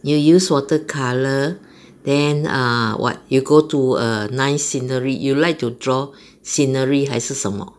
you use water colour then err what you go to a nice scenery you like to draw scenery 还是什么